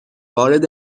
وارد